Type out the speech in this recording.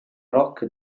rock